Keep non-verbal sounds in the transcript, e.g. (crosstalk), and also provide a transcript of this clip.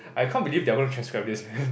I can't believe they are gonna transcribe this man (laughs)